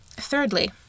Thirdly